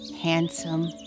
handsome